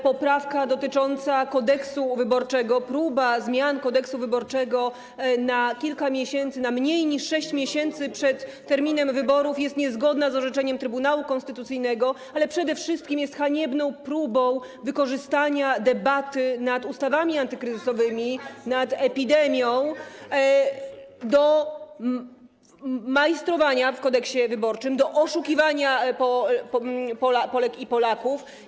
Poprawka dotycząca Kodeksu wyborczego, próba zmian Kodeksu wyborczego na kilka miesięcy, na mniej niż 6 miesięcy przed terminem wyborów jest niezgodna z orzeczeniem Trybunału Konstytucyjnego, ale przede wszystkim jest haniebną próbą wykorzystania debaty nad ustawami antykryzysowymi, nad epidemią do majstrowania w Kodeksie wyborczym, do oszukiwania Polek i Polaków.